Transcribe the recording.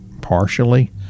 partially